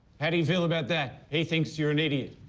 how do you feel about that? he thinks you're an idiot.